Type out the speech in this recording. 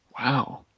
Wow